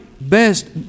best